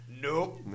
Nope